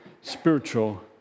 spiritual